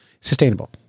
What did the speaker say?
sustainable